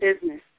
business